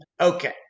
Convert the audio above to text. Okay